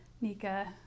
Nika